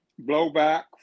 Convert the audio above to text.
blowback